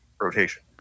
rotation